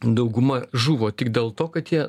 dauguma žuvo tik dėl to kad jie